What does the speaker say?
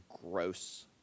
gross